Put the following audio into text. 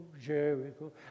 Jericho